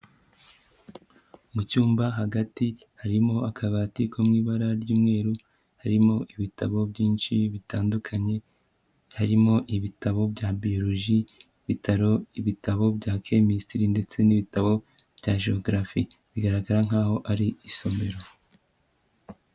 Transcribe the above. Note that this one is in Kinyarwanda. Mu cyumba hagati harimo akabati ko mu ibara ry'umweru, harimo ibitabo byinshi bitandukanye, harimo ibitabo bya biyoloji, ibitabo bya kimesitiri, ndetse n'ibitabo bya jewogarafe, bigaragara nkaho ari isomero.